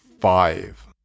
five